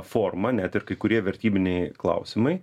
forma net ir kai kurie vertybiniai klausimai